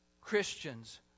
Christians